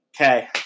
okay